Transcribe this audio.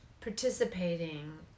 participating